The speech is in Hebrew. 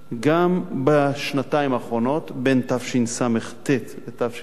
גם בשנתיים האחרונות, בין תשס"ט לתשע"א.